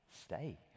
stay